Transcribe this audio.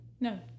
No